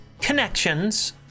connections